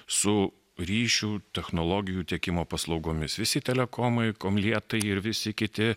su ryšių technologijų tiekimo paslaugomis visi telekomai komlietai ir visi kiti